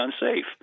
unsafe